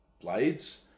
blades